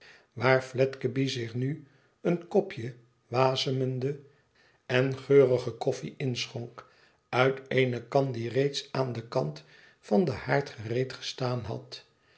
waar fledgeby zich nu een kop wasemende en geurige koffie inschonk uit eene kan die reeds aan den kant van den haard gereed gestaan had